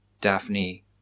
Daphne